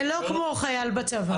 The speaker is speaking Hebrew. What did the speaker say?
זה לא כמו חייל בצבא.